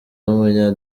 w’umunya